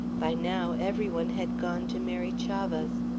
by now every one had gone to mary chavah's.